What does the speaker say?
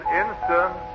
instant